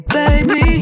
baby